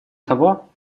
того